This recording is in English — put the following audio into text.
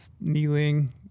kneeling